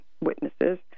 witnesses